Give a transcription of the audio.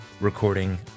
recording